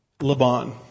Laban